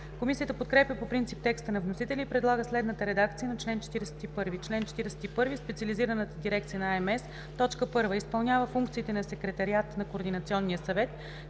Комисията подкрепя по принцип текста на вносителя и предлага следната редакция на чл. 41: „Чл. 41. Специализираната дирекция от АМС: 1. изпълнява функциите на секретариат на Координационния съвет,